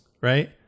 right